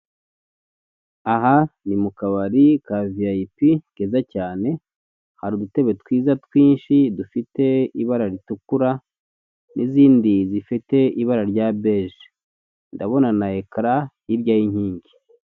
Aha ni mu kabari ka viyayipi keza cyane hari udutebe twiza twinshi dufite ibara ritukura n'izindi zifite ibara rya beje ndabona na ekara hirya y'inkingi.